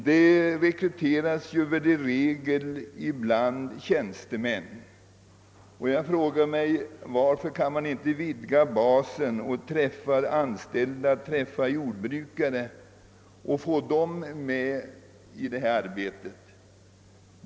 <:Dessa rekryteras väl i regel bland tjänstemän, men jag frågar mig varför man inte kunde vidga rekryteringsbasen till att omfatta även andra anställda och t.ex. jordbrukare.